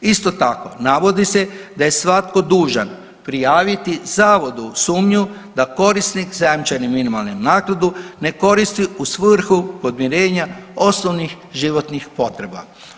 Isto tako navodi se da je svatko dužan prijaviti zavodu sumnju da korisnik zajamčene minimalne naknade ne koristi u svrhu podmirenja osnovnih životnih potreba.